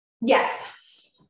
Yes